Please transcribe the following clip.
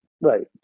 Right